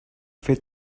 fer